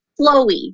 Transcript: flowy